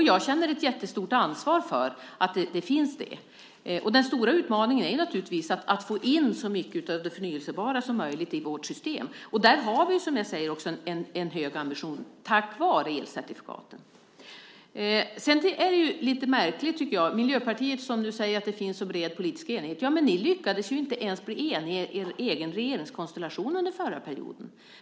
Jag känner ett stort ansvar för det. Den stora utmaningen är naturligtvis att få in så mycket som möjligt av det förnybara i vårt system. Vi har en hög ambition tack vare elcertifikaten. Miljöpartiet säger att det finns så bred politisk enighet. Ni lyckades inte ens bli eniga i er egen regeringskonstellation under den förra perioden.